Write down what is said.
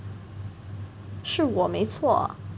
是我没错